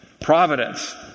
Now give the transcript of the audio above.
Providence